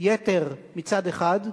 יתר מצד אחד,